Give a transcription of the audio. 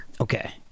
Okay